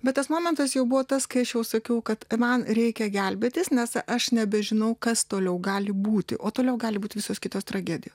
bet tas momentas jau buvo tas kai aš jau sakiau kad man reikia gelbėtis nes aš nebežinau kas toliau gali būti o toliau gali būt visos kitos tragedijo